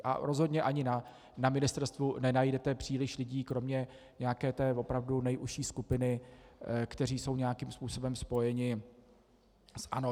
A rozhodně ani na ministerstvu nenajdete příliš lidí kromě nějaké té opravdu nejužší skupiny, kteří jsou nějakým způsobem spojeni s ANO.